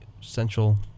Central